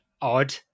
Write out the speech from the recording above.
odd